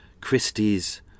Christie's